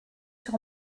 sur